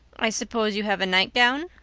i suppose you have a nightgown?